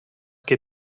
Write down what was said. qui